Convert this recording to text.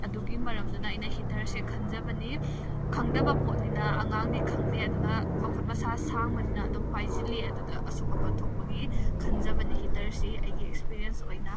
ꯑꯗꯨꯒꯤ ꯃꯔꯝꯗꯨꯅ ꯑꯩꯅ ꯍꯤꯇꯔꯁꯦ ꯈꯟꯖꯕꯅꯤ ꯈꯪꯗꯕ ꯄꯣꯠꯅꯤꯅ ꯑꯉꯥꯡꯗꯤ ꯈꯪꯗꯦ ꯑꯗꯨꯅ ꯃꯈꯨꯠ ꯃꯁꯥ ꯁꯥꯡꯕꯅꯤꯅ ꯑꯗꯨꯝ ꯄꯥꯏꯁꯤꯜꯂꯤ ꯑꯗꯨꯗ ꯑꯁꯣꯛ ꯑꯄꯟ ꯊꯣꯛꯄꯒꯤ ꯈꯟꯖꯕꯅꯤ ꯍꯤꯇꯔꯁꯤ ꯑꯩꯒꯤ ꯑꯦꯛꯁꯄꯤꯔꯤꯌꯦꯟꯁ ꯑꯣꯏꯅ